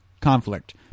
conflict